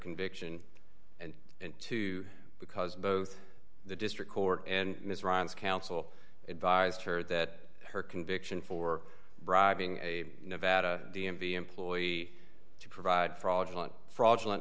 conviction and and to because both the district court and its ron's counsel advised her that her conviction for bribing a nevada d m v employee to provide fraudulent fraudulent